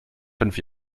fünf